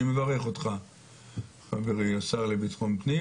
אני מברך אותך חברי השר לביטחון פנים,